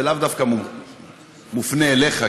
זה לאו דווקא מופנה אליך,